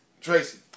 Tracy